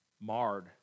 Marred